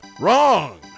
Wrong